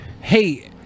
Hey